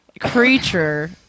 creature